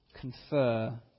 confer